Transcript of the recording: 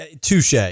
touche